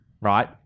right